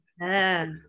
yes